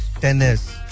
tennis